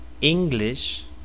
English